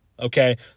Okay